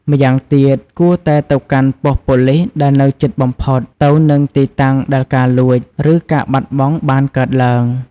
ម្យ៉ាងទៀត គួរតែទៅកាន់ប៉ុស្តិ៍ប៉ូលីសដែលនៅជិតបំផុតទៅនឹងទីតាំងដែលការលួច ឬការបាត់បង់បានកើតឡើង។